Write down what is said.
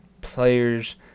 players